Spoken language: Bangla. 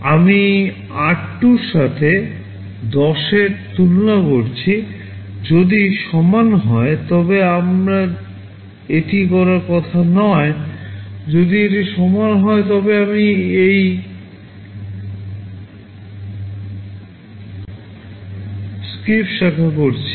আমি আর 2 এর সাথে 10 এর সাথে তুলনা করছি এটি যদি সমান হয় তবে আমার এটি করার কথা নয় যদি এটি সমান হয় তবে আমি এই SKIP শাখা করছি